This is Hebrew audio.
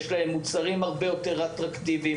יש להם מוצרים הרבה יותר אטרקטיביים,